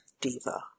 diva